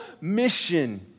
mission